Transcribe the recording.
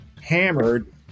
hammered